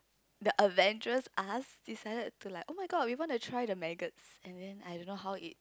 the adventurous us decided to like oh-my-god we want to try the maggots and then I don't know how it